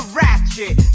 ratchet